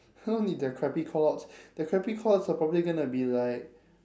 I don't need their crappy callouts their crappy callouts are probably gonna be like